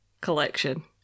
collection